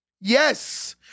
Yes